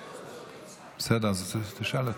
בסדר, אז תשאל אותו.